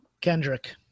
Kendrick